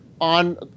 on